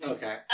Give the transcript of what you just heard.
Okay